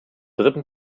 dritten